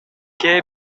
кээ